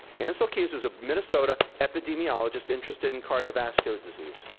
and ancel keys was a minnesota epidemiologist interested in cardiovascular disease.